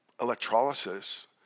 electrolysis